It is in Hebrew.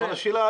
אבל השאלה,